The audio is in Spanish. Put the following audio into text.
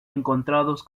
encontrados